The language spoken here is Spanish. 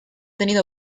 tenido